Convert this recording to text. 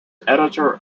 editor